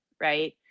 right